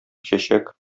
чәчәк